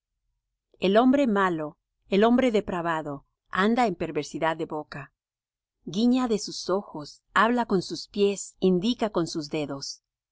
el hombre malo el hombre depravado anda en perversidad de boca guiña de sus ojos habla con sus pies indica con sus dedos